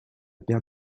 paire